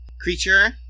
creature